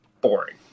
boring